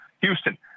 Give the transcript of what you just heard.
Houston